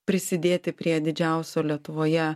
prisidėti prie didžiausio lietuvoje